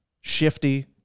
Shifty